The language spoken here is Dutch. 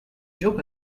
job